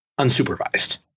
unsupervised